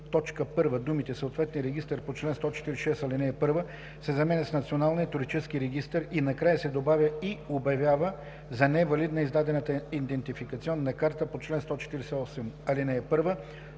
думите „съответния регистър по чл. 146, ал. 1“ се заменят с „Националния туристически регистър“ и накрая се добавя „и обявява за невалидна издадената идентификационна карта по чл. 148, ал. 1“.